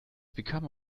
become